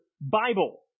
Bible